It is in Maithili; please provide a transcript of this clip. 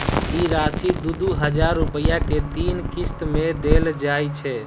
ई राशि दू दू हजार रुपया के तीन किस्त मे देल जाइ छै